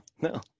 no